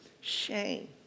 Shame